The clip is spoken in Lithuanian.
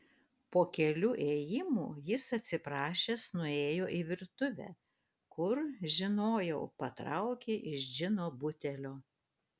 po kelių ėjimų jis atsiprašęs nuėjo į virtuvę kur žinojau patraukė iš džino butelio